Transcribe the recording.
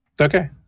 Okay